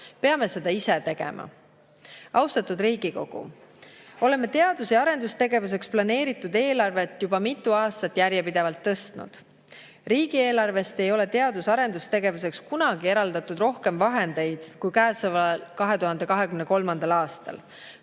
Peame seda ise tegema. Austatud Riigikogu! Oleme teadus- ja arendustegevuseks planeeritud eelarvet juba mitu aastat järjepidevalt suurendanud. Riigieelarvest ei ole teadus- ja arendustegevuseks kunagi eraldatud rohkem vahendeid kui käesoleval, 2023. aastal: